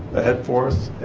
ahead forests